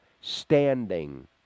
standing